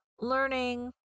learning